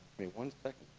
me one second